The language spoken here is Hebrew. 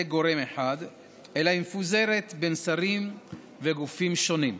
גורם אחד אלא היא מפוזרת בין שרים וגופים שונים,